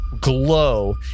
glow